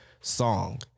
Song